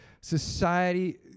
society